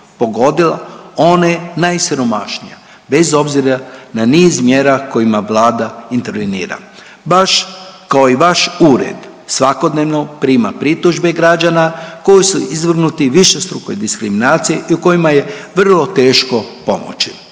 pogodila one najsiromašnije bez obzira na niz mjera kojima Vlada intervenira, baš kao i vaš ured svakodnevno prima pritužbe građana koji su izvrgnuti višestrukoj diskriminaciji i kojima je vrlo teško pomoći